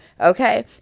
Okay